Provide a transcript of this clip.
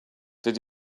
did